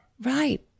Right